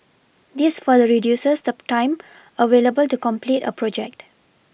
this further reduces the time available to complete a project